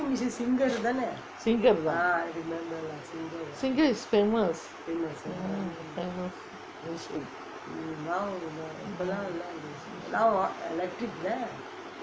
singer தான்:thaan singer is famous